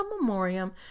memoriam